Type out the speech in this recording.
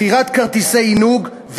מכירת כרטיסי עינוג,